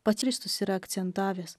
pats kristus yra akcentavęs